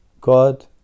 God